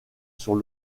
sur